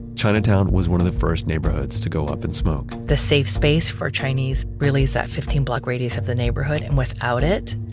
chinatown was one of the first neighborhoods to go up in smoke the safe space for chinese really is that fifteen block radius of the neighborhood and without it,